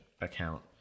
account